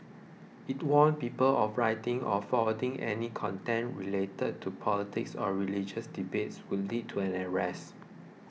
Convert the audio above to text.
it warned people of writing or forwarding any content related to politics or religious debates would lead to an arrest